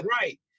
Right